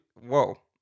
Whoa